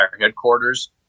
headquarters